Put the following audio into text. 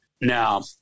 Now